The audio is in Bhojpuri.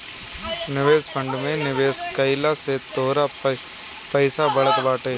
निवेश फंड में निवेश कइला से तोहार पईसा बढ़त बाटे